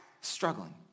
struggling